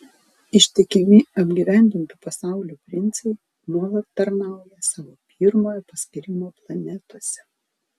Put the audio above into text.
ištikimi apgyvendintų pasaulių princai nuolat tarnauja savo pirmojo paskyrimo planetose